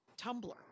Tumblr